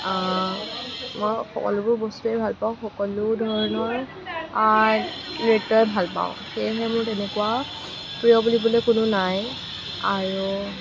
মই সকলোবোৰ বস্তুৱে ভাল পাওঁ সকলো ধৰণৰ নৃত্যই ভাল পাওঁ সেয়েহে মোৰ তেনেকুৱা প্ৰিয় বুলিবলৈ কোনো নাই আৰু